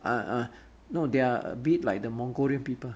uh uh no they are a bit like the mongolian people